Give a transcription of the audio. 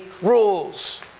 rules